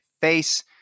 face